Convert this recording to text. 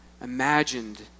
imagined